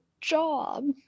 job